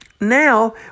Now